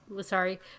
sorry